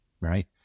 right